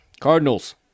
Cardinals